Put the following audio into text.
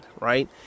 right